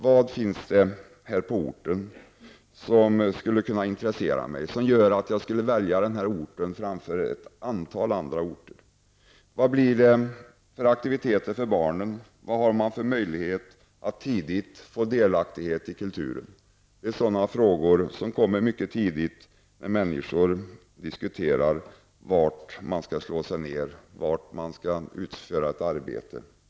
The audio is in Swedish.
Vad är det på den här orten som skulle kunna intressera mig och som skulle få mig att välja att bo och arbeta på den här orten framför andra? Vilka aktiviteter finns det här för barnen och vad har man för möjligheter att få del av kultur? Sådana frågor kommer upp mycket tidigt när människor diskuterar var de skall bosätta sig och ta ett arbete.